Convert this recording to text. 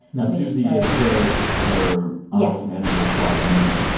and susie is her her yeah almost-manager, quasi-manager?